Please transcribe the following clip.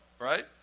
right